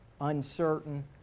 uncertain